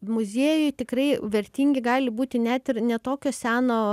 muziejui tikrai vertingi gali būti net ir ne tokio seno